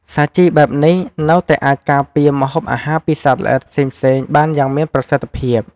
សាជីបែបនេះនៅតែអាចការពារម្ហូបអាហារពីសត្វល្អិតផ្សេងៗបានយ៉ាងមានប្រសិទ្ធភាព។